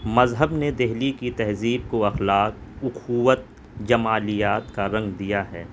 مذہب نے دہلی کی تہذیب کو اخلاق اخوت جمالیات کا رنگ دیا ہے